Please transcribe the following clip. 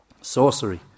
sorcery